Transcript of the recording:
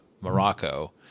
Morocco